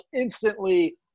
instantly